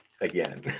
again